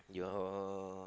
yeah